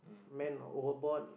man overboard